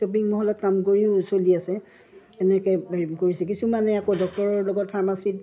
shopping মলত কাম কৰিও চলি আছে এনেকৈ হেৰি কৰিছে কিছুমানে আকৌ ডক্টৰৰ লগত ফাৰ্মাচি